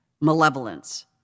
malevolence